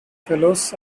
fellows